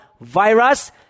virus